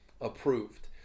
approved